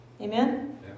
Amen